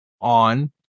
On